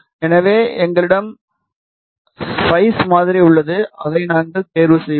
எனவே எங்களிடம் ஸ்பைஸ் மாதிரி உள்ளது அதை நாங்கள் தேர்வு செய்வோம்